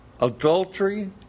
Adultery